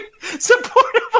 supportive